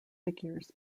figures